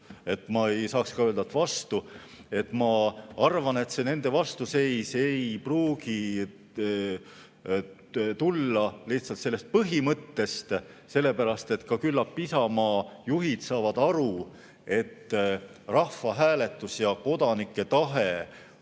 Ma ei saaks ka öelda, et vastu. Ma arvan, et see nende vastuseis ei pruugi tulla lihtsalt sellest põhimõttest, sellepärast et küllap Isamaa juhid saavad aru, et rahvahääletus ja kodanike tahte